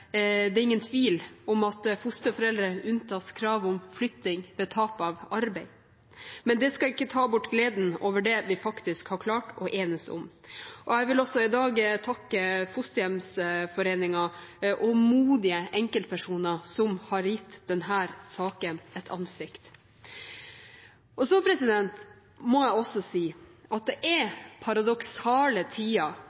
det ikke er noen tvil om at fosterforeldre er unntatt kravet om flytting ved tap av arbeid. Men det skal ikke ta bort gleden over det vi faktisk har klart å enes om. Jeg vil i dag også takke Fosterhjemsforeningen og modige enkeltpersoner som har gitt denne saken et ansikt. Så må jeg også si at det er